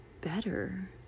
better